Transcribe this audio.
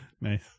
Nice